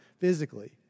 physically